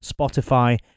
Spotify